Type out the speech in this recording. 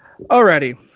Alrighty